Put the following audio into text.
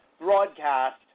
broadcast